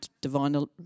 divine